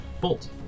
Bolt